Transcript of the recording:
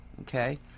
Okay